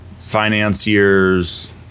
financiers